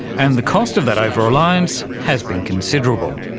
and the cost of that over-reliance has been considerable.